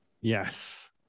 Yes